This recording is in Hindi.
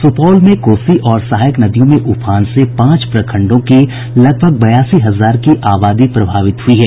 सुपौल जिले में कोसी और सहायक नदियों में उफान से पांच प्रखंडों की लगभग बयासी हजार की आबादी प्रभावित हुई है